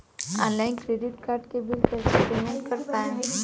Online credit card के बिल कइसे पेमेंट कर पाएम?